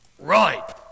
Right